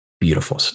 Beautiful